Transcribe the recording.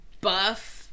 buff